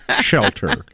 shelter